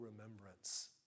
remembrance